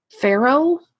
pharaoh